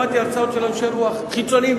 שמעתי הרצאות של אנשי רוח חיצוניים,